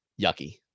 yucky